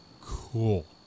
cool